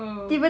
oh